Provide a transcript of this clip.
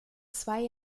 zwei